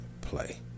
play